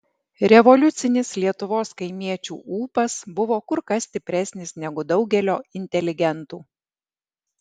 revoliucinis lietuvos kaimiečių ūpas buvo kur kas stipresnis negu daugelio inteligentų